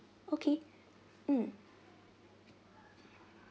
okay mm